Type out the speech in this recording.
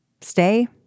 Stay